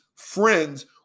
Friends